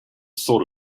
sort